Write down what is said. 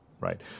Right